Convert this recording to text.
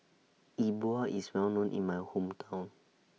E Bua IS Well known in My Hometown